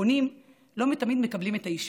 ופונים לא תמיד מקבלים את האישור,